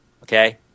Okay